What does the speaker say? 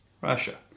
russia